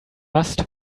must